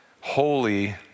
holy